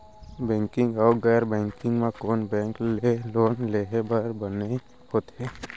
Bank अऊ गैर banking म कोन बैंक ले लोन लेहे बर बने होथे?